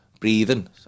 breathing